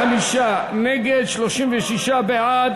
45 נגד, 36 בעד.